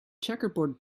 checkerboard